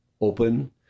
open